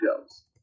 goes